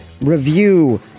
review